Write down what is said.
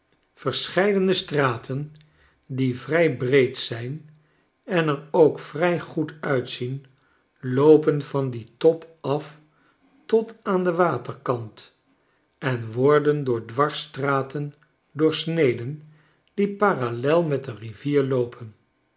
verscheidene straten die vrij breed zijn en er ook vrij goed uitzien loopen van dien top af tot aan den waterkant en worden door dwarsstraten doorsneden die parallel met de rivier loopen